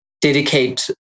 dedicate